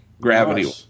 Gravity